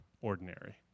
ordinary